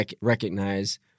recognize